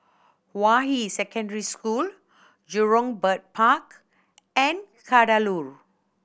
Hua Yi Secondary School Jurong Bird Park and Kadaloor